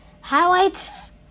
Highlights